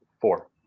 four